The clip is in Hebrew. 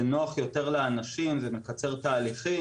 זה נוח יותר לאנשים, זה מקצר תהליכים.